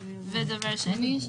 ודבר שני,